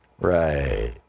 right